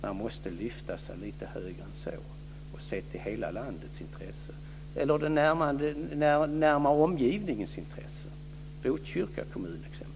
Man måste lyfta sig lite högre än så och se till hela landets intressen eller den närmare omgivningens intressen, Botkyrka kommuns exempelvis.